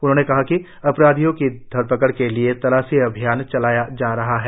उन्होंने कहा कि अपराधियों की धरपकड़ के लिए तलाशी अभियान चलाया जा रहा है